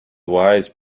wise